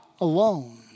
alone